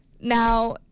Now